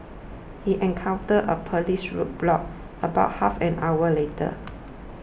he encountered a police roadblock about half an hour later